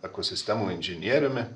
ekosistemų inžinieriumi